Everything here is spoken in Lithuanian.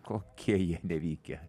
kokie jie nevykę